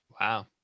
Wow